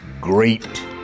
great